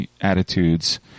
attitudes